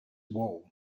wall